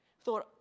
Thought